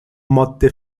ماده